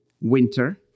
winter